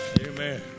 Amen